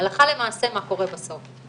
הלכה למעשה מה קורה בסוף.